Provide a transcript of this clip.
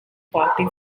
party